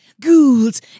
ghouls